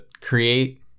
create